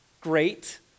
great